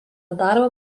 darbą